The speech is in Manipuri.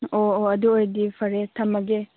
ꯑꯣ ꯑꯣ ꯑꯗꯨ ꯑꯣꯏꯔꯗꯤ ꯐꯔꯦ ꯊꯝꯂꯒꯦ